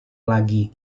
lagi